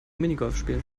minigolfspielen